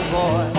boy